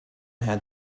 had